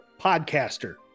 podcaster